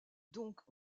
donc